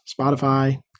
Spotify